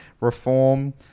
reform